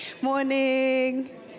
Morning